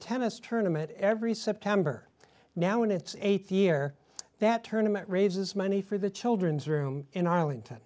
tennis tournament every september now in its th year that tournaments raises money for the children's room in arlington